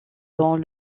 dans